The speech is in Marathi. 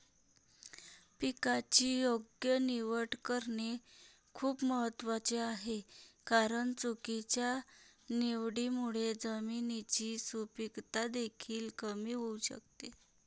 पिकाची योग्य निवड करणे खूप महत्वाचे आहे कारण चुकीच्या निवडीमुळे जमिनीची सुपीकता देखील कमी होऊ शकते